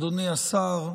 אדוני השר,